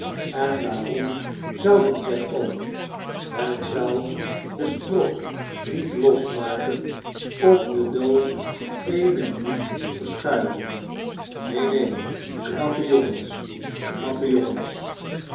en waarom zouden zij ook het zou den strop niet losmaken of den dood eene minuut verschuiven neen neen knappe jongens knappe jongens